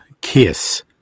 kiss